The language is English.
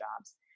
jobs